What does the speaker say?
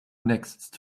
next